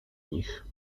nich